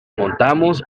montamos